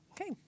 Okay